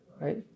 right